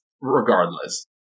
Regardless